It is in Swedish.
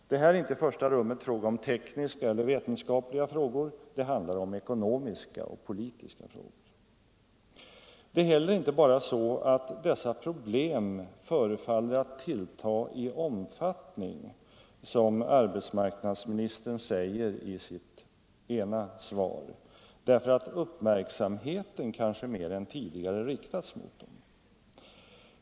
Det är här inte i första rummet fråga om tekniska eller vetenskapliga problem, det handlar om ekonomiska och politiska frågor. Det är heller inte bara så att dessa problem förefaller att tillta i omfattning, som arbetsmarknadsministern säger i sitt svar, därför att uppmärksamheten kanske mer än tidigare riktats mot dem.